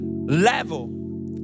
Level